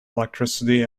electricity